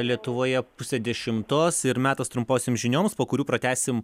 lietuvoje pusę dešimtos ir metas trumposioms žinioms po kurių pratęsim